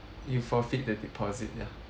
you'll forfeit the deposit ya